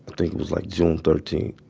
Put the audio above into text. think it was like june thirteenth.